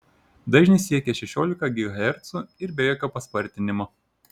dažnis siekia šešiolika gigahercų ir be jokio paspartinimo